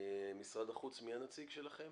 משרד החוץ,